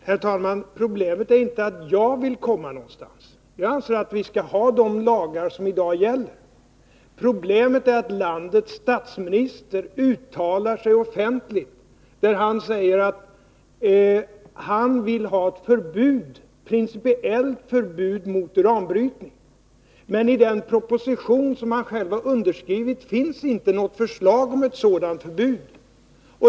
Herr talman! Problemet är inte att jag vill komma någonstans. Jag anser att vi skall ha de lagar som i dag gäller. Problemet är att landets statsminister uttalar sig offentligt och säger att han vill ha ett principiellt förbud mot uranbrytning. Men i den proposition som han själv har underskrivit finns inte något förslag om ett sådant förbud.